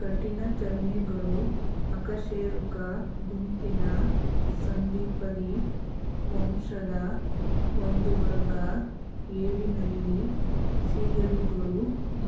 ಕಠಿಣಚರ್ಮಿಗಳು ಅಕಶೇರುಕ ಗುಂಪಿನ ಸಂಧಿಪದಿ ವಂಶದ ಒಂದುವರ್ಗ ಏಡಿ ನಳ್ಳಿ ಸೀಗಡಿಗಳು